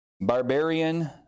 barbarian